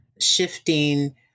shifting